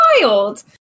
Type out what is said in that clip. wild